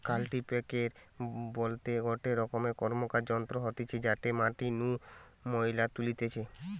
কাল্টিপ্যাকের বলতে গটে রকম র্কমকার যন্ত্র হতিছে যাতে মাটি নু ময়লা তুলতিছে